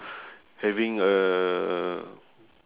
having a